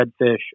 redfish